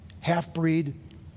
half-breed